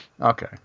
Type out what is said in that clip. Okay